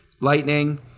Lightning